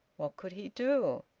what could he do?